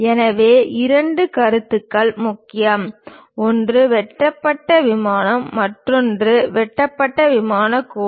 எனவே இரண்டு கருத்துக்கள் முக்கியம் ஒன்று வெட்டப்பட்ட விமானம் மற்றொன்று வெட்டப்பட்ட விமானக் கோடு